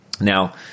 Now